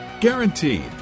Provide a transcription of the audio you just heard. Guaranteed